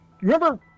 remember